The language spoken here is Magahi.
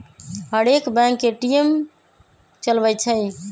हरेक बैंक ए.टी.एम चलबइ छइ